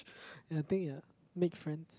and I think uh make friends